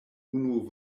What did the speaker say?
unu